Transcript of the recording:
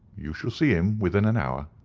you shall see him within an hour?